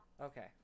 okay